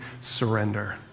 surrender